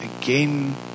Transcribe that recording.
again